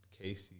Casey